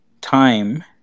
time